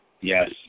Yes